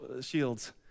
shields